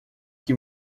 que